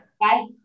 Bye